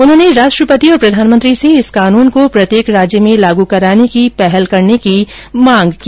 उन्होंने राष्ट्रपति और प्रधानमंत्री से इस कानून को प्रत्येक राज्य में लागू कराने की पहल करने की मांग की